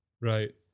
Right